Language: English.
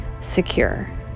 secure